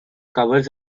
covers